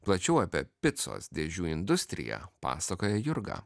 plačiau apie picos dėžių industriją pasakoja jurga